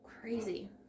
Crazy